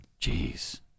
Jeez